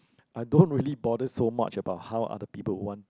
I don't really bother so much about how other people want